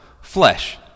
flesh